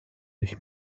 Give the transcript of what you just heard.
dich